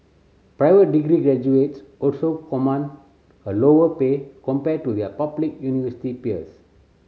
private degree graduates also command a lower pay compared to their public university peers